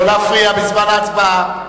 לא להפריע בזמן ההצבעה.